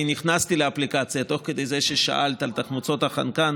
נכנסתי לאפליקציה תוך כדי זה ששאלת על תחמוצות החנקן,